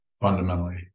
Fundamentally